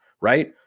right